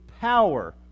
power